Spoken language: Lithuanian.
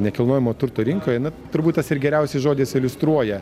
nekilnojamo turto rinkoje na turbūt tas ir geriausiai žodis iliustruoja